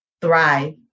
thrive